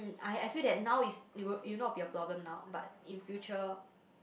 I I feel that now is you you not be a problem now but in future